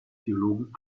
theologen